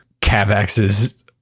cavex's